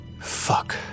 Fuck